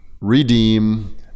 redeem